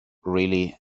really